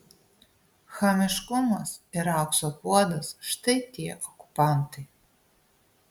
chamiškumas ir aukso puodas štai tie okupantai